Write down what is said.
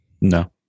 No